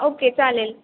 okay चालेल